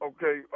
Okay